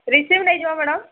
receipt ନେଇଯିବ madam